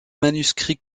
manuscrits